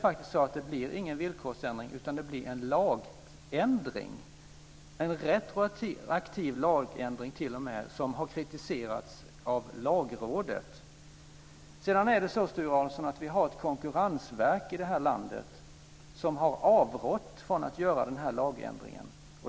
Det blir ingen villkorsändring, utan det blir en lagändring - en retroaktiv lagändring t.o.m., som har kritiserats av Lagrådet. Sedan har vi ett konkurrensverk i det här landet som har avrått från att göra den här lagändringen.